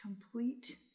complete